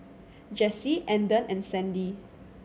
Jessie Andon and Sandi